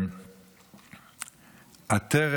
"עטרת